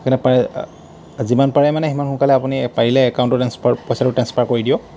সেনে পাৰে যিমান পাৰে মানে সিমান সোনকালে আপুনি পাৰিলে একাউণ্টটো ট্ৰেঞ্চফাৰ পইচাটো ট্ৰেঞ্চফাৰ কৰি দিয়ক